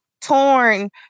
torn